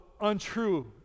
untrue